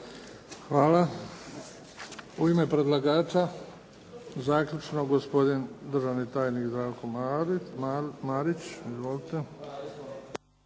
Hvala. U ime predlagača zaključno gospodin državni tajnik Zdravko Marić.